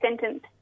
sentence